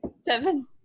Seven